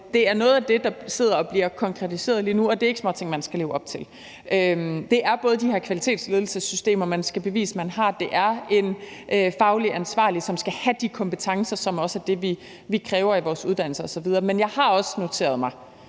det er noget af det, der er ved at blive konkretiseret lige nu, og det er ikke småting, man skal leve op til. Det er de her kvalitetsledelsessystemer, man skal bevise at man har, og det er en fagligt ansvarlig, der skal have de kompetencer, som også er det, vi kræver i vores uddannelser osv. Men jeg har også noteret mig